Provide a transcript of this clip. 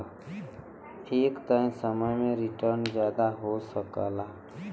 एक तय समय में रीटर्न जादा हो सकला